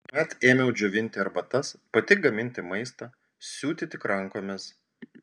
tuomet ėmiau džiovinti arbatas pati gaminti maistą siūti tik rankomis